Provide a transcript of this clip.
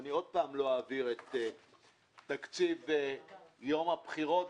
אני עוד פעם לא אעביר את תקציב יום הבחירות.